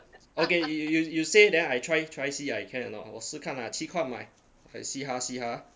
okay you you you you you say then I try try see I can or not 我试看啊 see ha see ha